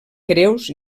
creus